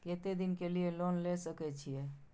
केते दिन के लिए लोन ले सके छिए?